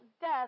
death